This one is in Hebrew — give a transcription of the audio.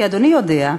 כי אדוני יודע,